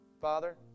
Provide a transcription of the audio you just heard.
Father